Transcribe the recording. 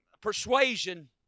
persuasion